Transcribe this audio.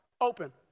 open